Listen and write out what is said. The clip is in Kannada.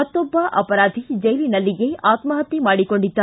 ಮತ್ತೊಬ್ಬ ಅಪರಾಧಿ ಜೈಲಿನಲ್ಲಿಯೇ ಆತ್ಮಹತ್ಯೆ ಮಾಡಿಕೊಂಡಿದ್ದ